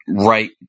right